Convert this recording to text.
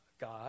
God